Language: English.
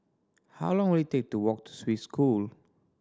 how long will it take to walk to Swiss School